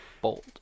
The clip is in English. bold